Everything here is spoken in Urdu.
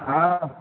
ہاں